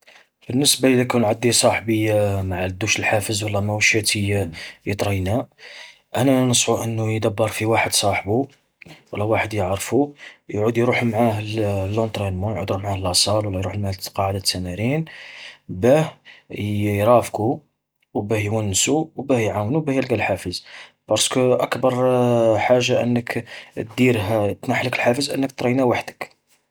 بالنسبة إذا كان عدي صاحبي معدوش الحافز ولا ماهوش شاتي ي-يطرينا. أنا نصحو أنو يدبر في واحد صاحبه، ولا واحد يعرفو يعود يروح معاه اللونطرينمون يعود يروح معاه للاصال، ولا يروح معاه لقاعة التمارين، باه ي-يرافقو وباه يونسو وباه يعاونو وباه يلقا الحافز. برسكو أكبر حاجة أنك تديرها تنحلك الحافز أنك تطرينا وحدك.